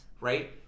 Right